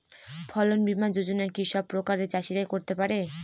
ফসল বীমা যোজনা কি সব প্রকারের চাষীরাই করতে পরে?